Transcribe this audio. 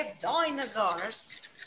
dinosaurs